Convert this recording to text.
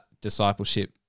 discipleship